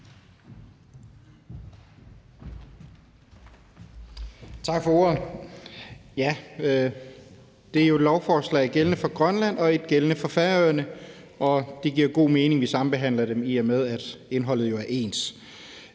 Tak for ordet. Det er jo et lovforslag gældende for Grønland og ikke gældende for Færøerne, og det giver god mening, at vi sambehandler sagerne, i og med at indholdet jo er ens.